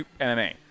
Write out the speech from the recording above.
MMA